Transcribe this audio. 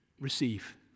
receive